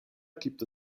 gibt